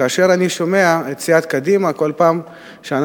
כאשר אני שומע את סיעת קדימה כל פעם כשאנחנו